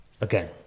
again